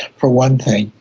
for one thing,